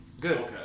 Good